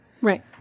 Right